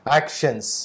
actions